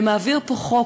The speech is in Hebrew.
והעביר פה חוק,